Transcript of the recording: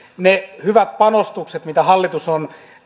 ne hyvät panostukset mitä hallitus on